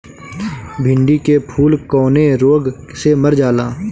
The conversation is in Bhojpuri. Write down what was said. भिन्डी के फूल कौने रोग से मर जाला?